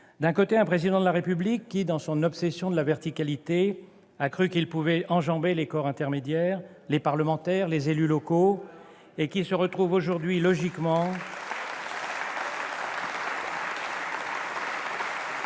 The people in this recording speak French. d'un côté, un Président de la République qui, dans son obsession de la verticalité, a cru qu'il pouvait enjamber les corps intermédiaires- parlementaires, élus locaux -et qui se retrouve aujourd'hui logiquement,